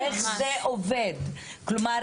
איך זה עובד, כלומר